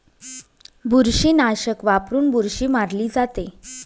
बुरशीनाशक वापरून बुरशी मारली जाते